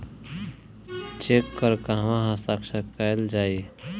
Check पर कहवा हस्ताक्षर कैल जाइ?